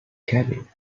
cabin